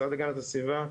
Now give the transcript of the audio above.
משרד להגנת הסביבה,